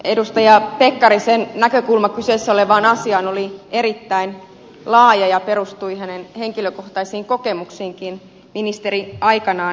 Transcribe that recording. edustaja pekkarisen näkökulma kyseessä olevaan asiaan oli erittäin laaja ja perustui hänen henkilökohtaisiinkin kokemuksiinsa ministeriaikanaan